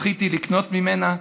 זכיתי לקנות ממנה,